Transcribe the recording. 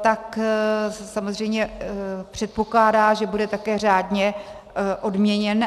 tak se samozřejmě předpokládá, že bude také řádně odměněn.